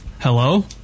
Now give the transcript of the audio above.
Hello